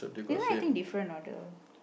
you know I think different order